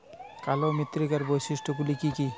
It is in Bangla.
কালো মৃত্তিকার বৈশিষ্ট্য গুলি কি কি?